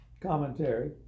Commentary